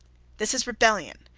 this is rebellion.